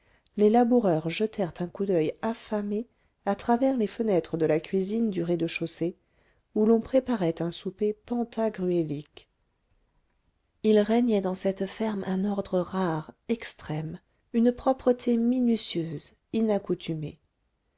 les laboureurs jetèrent un coup d'oeil affamé à travers les fenêtres de la cuisine du rez-de-chaussée où l'on préparait un souper pantagruélique il régnait dans cette ferme un ordre rare extrême une propreté minutieuse